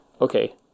Okay